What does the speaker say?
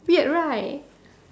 weird right